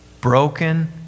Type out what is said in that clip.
Broken